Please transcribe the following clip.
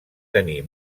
tenir